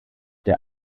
der